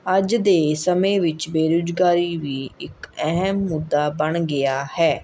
ਅੱਜ ਦੇ ਸਮੇਂ ਵਿੱਚ ਬੇਰੁਜ਼ਗਾਰੀ ਵੀ ਇੱਕ ਅਹਿਮ ਮੁੱਦਾ ਬਣ ਗਿਆ ਹੈ